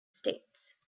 states